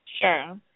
sure